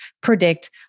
predict